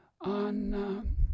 on